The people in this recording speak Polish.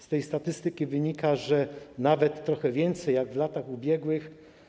Z tej statystyki wynika, że nawet trochę więcej niż w latach ubiegłych.